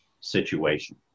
situation